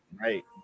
Right